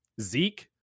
Zeke